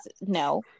No